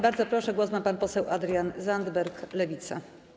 Bardzo proszę, głos ma pan poseł Adrian Zandberg, Lewica.